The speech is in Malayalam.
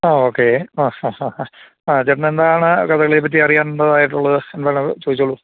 ആ ഓക്കെ ആ അ അ ആ ആ ചേട്ടനെന്താണ് കഥകളിയെപ്പറ്റി അറിയേണ്ടതായിട്ടുള്ളത് എന്താണത് ചോദിച്ചോളൂ